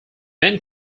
main